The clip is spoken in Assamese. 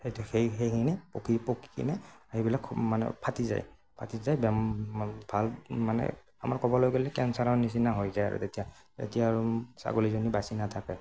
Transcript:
সেইটো সেই সেইখিনি পকি পকি কিনে সেইবিলাক মানে ফাটি যায় ফাটি যায় বেমাৰ ভাল মানে আমাৰ ক'বলৈ গ'লে কেঞ্চাৰৰ নিচিনা হৈ যায় আৰু তেতিয়া তেতিয়া আৰু ছাগলীজনী বাছি নাথাকে